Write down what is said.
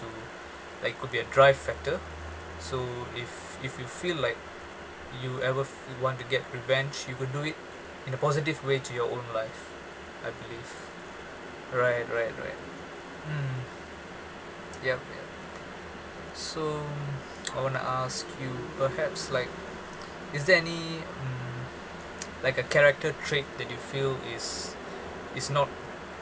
to like it could be a drive factor so if if you feel like you ever f~ you want to get revenge you could do it in a positive way to your own life I believe right right right mm yup yup so I want to ask you perhaps like is there any mm like a character trait that you feel is is not